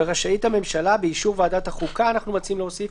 ורשאית הממשלה באישור ועדת החוקה אנו מציעים להוסיף: